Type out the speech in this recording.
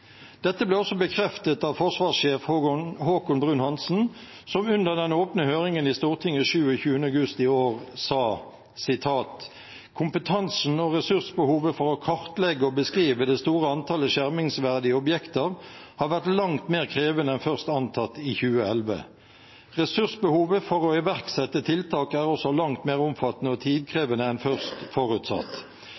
Dette ble også bekreftet av forsvarssjef Haakon Bruun-Hanssen, som under den åpne høringen i Stortinget 27. august i år sa: «Kompetansen og ressursbehovet for å kartlegge og beskrive det store antallet skjermingsverdige objekter har vært langt mer krevende enn først antatt i 2011. Ressursbehovet for å iverksette tiltak er også langt mer omfattende og